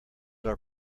are